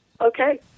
Okay